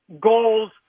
goals